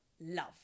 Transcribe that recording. love